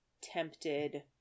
tempted